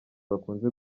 bakunze